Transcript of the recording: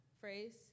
phrase